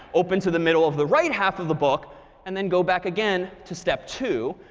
open to the middle of the right half of the book and then go back again to step two,